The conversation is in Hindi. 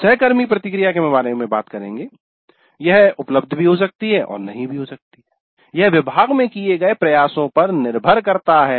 सहकर्मी प्रतिक्रिया के बारे में बात करेंगे यह उपलब्ध हो भी सकती है और नहीं भी यह विभाग में किये गए प्रयासों पर निर्भर करता है